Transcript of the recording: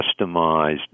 customized